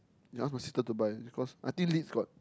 you ask my sister to buy cause I think Leeds got